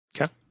Okay